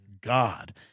God